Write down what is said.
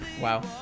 Wow